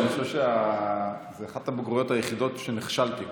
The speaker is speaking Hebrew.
אני חושב שזאת אחת הבגרויות היחידות שנכשלתי בהן,